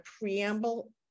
preamble